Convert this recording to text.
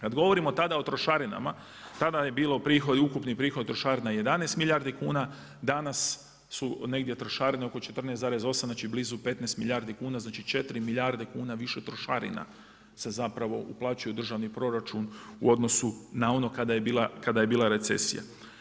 Kada govorimo tada o trošarinama, tada je bio ukupni prihod trošarina 11 milijardi kuna, danas su negdje trošarine oko 14,8 znači blizu 15 milijardi kuna, znači 4 milijarde kuna više trošarine se uplaćuje u državni proračun u odnosu na ono kada je bila recesija.